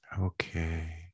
Okay